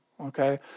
okay